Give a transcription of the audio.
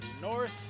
north